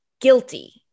guilty